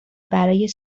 برای